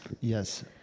Yes